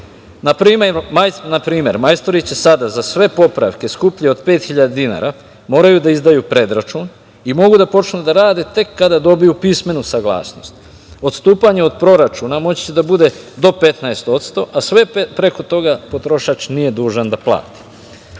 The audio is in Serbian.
Na primer, majstori će sada za sve popravke skuplje od 5.000 dinara morati da izdaju predračun i mogu da počnu da rade tek kada dobiju pismenu saglasnost. Odstupanje od proračuna moći će da bude do 15%, a sve preko toga, potrošač nije dužan da plati.